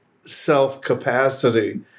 self-capacity